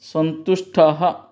सन्तुष्टः